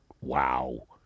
wow